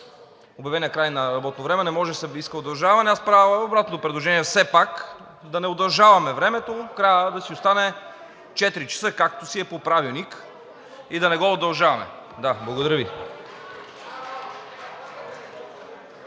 обявения край на работното време не може да се иска удължаване. Аз правя обратно предложение – все пак да не удължаваме времето, краят да си остане 16,00 ч., както си е по Правилник, и да не го удължаваме. Да, благодаря Ви.